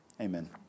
Amen